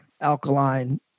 alkaline